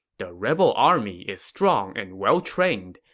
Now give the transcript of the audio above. the rebel army is strong and well-trained.